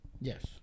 Yes